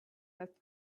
had